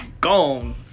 gone